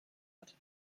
hat